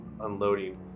unloading